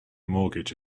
mortgage